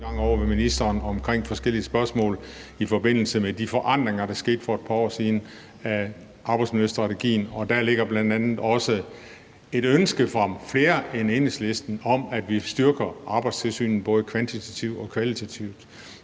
gennemgange ovre ved ministeren omkring forskellige spørgsmål i forbindelse med de forandringer i arbejdsmiljøstrategien, der skete for et par år siden. Der ligger bl.a. også et ønske fra flere end Enhedslisten om, at vi styrker Arbejdstilsynet både kvantitativt og kvalitativt.